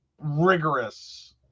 rigorous